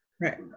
right